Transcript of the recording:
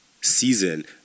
season